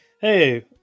Hey